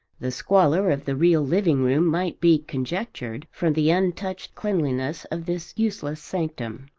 the squalor of the real living room might be conjectured from the untouched cleanliness of this useless sanctum.